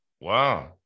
Wow